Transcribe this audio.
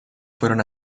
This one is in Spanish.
fueron